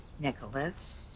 Nicholas